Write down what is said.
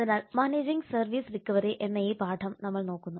അതിനാൽ managing service recovery എന്ന ഈ പാഠം നമ്മൾ നോക്കുന്നു